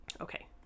Okay